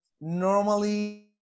normally